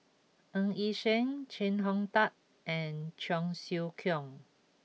Ng Yi Sheng Chee Hong Tat and Cheong Siew Keong